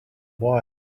wire